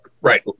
right